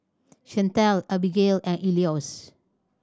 Chantelle Abigayle and Elois